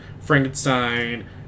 Frankenstein